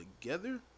together